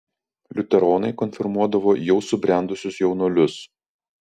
liuteronai konfirmuodavo jau subrendusius jaunuolius